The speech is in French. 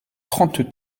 trente